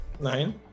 nine